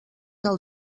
del